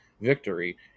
victory